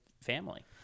family